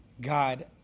God